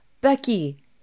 Becky